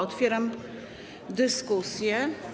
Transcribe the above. Otwieram dyskusję.